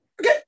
okay